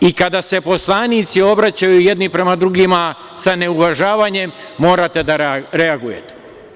I kada se poslanici obraćaju jedni prema drugima sa neuvažavanjem, morate da reagujete.